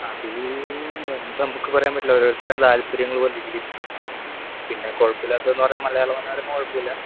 അത് എന്താ നമുക്ക് പറയാൻ പറ്റില്ല ഓരോരുത്തരുടെ താല്പര്യങ്ങൾ പോലിരിക്കും പിന്നെ കുഴപ്പം ഇല്ലാത്തതെന്നു പറഞ്ഞാൽ മലയാള മനോരമ കുഴപ്പമില്ല